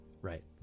Right